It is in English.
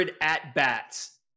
at-bats